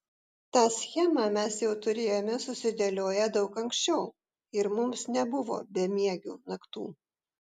tą schemą mes jau turėjome susidėlioję daug ankščiau ir mums nebuvo bemiegių naktų